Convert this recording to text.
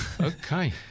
Okay